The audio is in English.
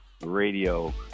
radio